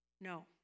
No